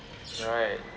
alright